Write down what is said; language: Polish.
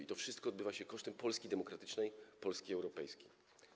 I to wszystko odbywa się kosztem Polski demokratycznej, Polski europejskiej.